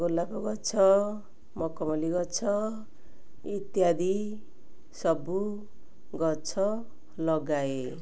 ଗୋଲାପ ଗଛ ମକମଲ୍ଲୀ ଗଛ ଇତ୍ୟାଦି ସବୁ ଗଛ ଲଗାଏ